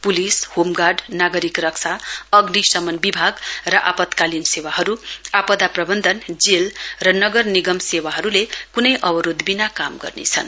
police home guard नागरिक रक्षा अग्निशमन विभाग र आपतकालीन सेवाहरु आपदा प्रवन्धन जेल र नगर निगम सेवाहरुले कुनै अवरोध विना काम गर्नेछन्